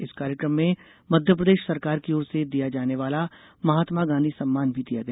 इस कार्यक्रम में मध्यप्रदेश सरकार की ओर से दिया जाने वाला महात्मा गांधी सम्मान भी दिया गया